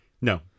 no